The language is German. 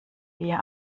wir